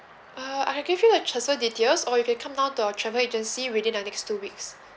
err I can give you the transfer details or you can come down to our travel agency within the next two weeks